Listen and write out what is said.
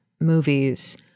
movies